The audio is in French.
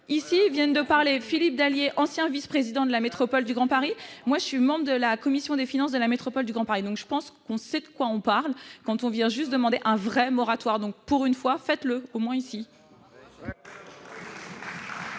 Ici viennent de parler, Philippe Dallier, ancien vice-président de la métropole du Grand Paris, et moi, qui suis membre de la commission des finances de la métropole du Grand Paris. Je pense que nous savons de quoi nous parlons quand nous venons demander un vrai moratoire ! Pour une fois, faites-le, au moins ici